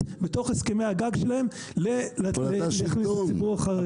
בתוך הסכמי הגג שלהם להכניס ציבור חרדי.